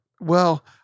Well-